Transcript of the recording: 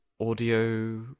audio